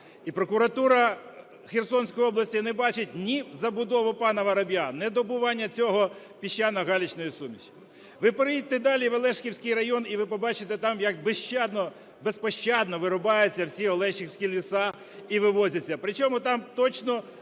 І прокуратура Херсонської області не бачить ні забудову пана Вороб'я, ні добування цього – піщано-галічної суміші. Ви проїдьте далі в Олешківський район - і ви побачите там, як безщадно, безпощадно вирубаються всіолешківські ліси і вивозяться.